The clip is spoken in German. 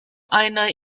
einer